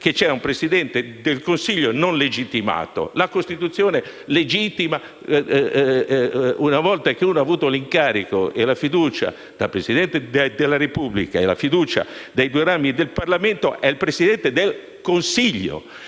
che c'è un Presidente del Consiglio non legittimato. La Costituzione lo legittima: una volta avuto l'incarico dal Presidente delle Repubblica e la fiducia dai due rami del Parlamento si è il Presidente del Consiglio,